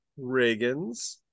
Reagans